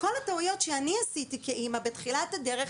כל הטעויות שאני עשיתי כאמא בתחילת הדרך,